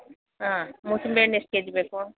ಹಾಂ ಮೂಸಂಬಿ ಹಣ್ ಎಷ್ಟು ಕೆಜಿ ಬೇಕು